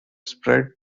spread